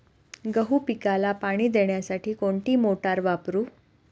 गहू पिकाला पाणी देण्यासाठी कोणती मोटार वापरू?